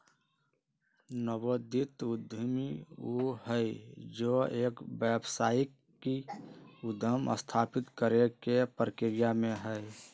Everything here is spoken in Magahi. नवोदित उद्यमी ऊ हई जो एक व्यावसायिक उद्यम स्थापित करे के प्रक्रिया में हई